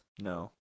No